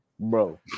bro